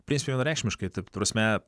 prieš vienareikšmiškai ta prasme